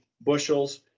bushels